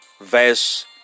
verse